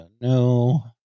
no